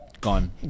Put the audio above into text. Gone